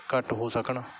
ਘੱਟ ਹੋ ਸਕਣ